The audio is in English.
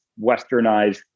westernized